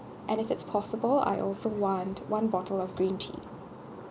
and if it's possible I also want one bottle of green tea